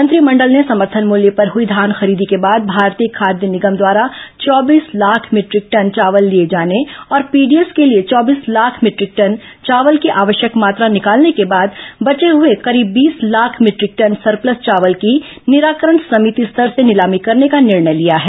मंत्रिमंडल ने समर्थन मूल्य पर हुई धान खरीदी के बाद भारतीय खाद्य निगम द्वारा चौबीस लाख मीटरिक टन चावल लिए जाने और पीडीएस के लिए चौबीस लाख मीटरिक टन चावल की आवश्यक मात्रा निकालने के बाद बचे हुए करीब बीस लाख मीटरिक टन सरप्लस चावल की निराकरण समिति स्तर से नीलामी करने का निर्णय लिया है